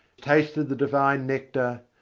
tasted the divine nectar,